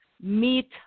meet